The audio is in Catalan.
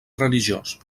religiós